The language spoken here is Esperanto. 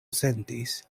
sentis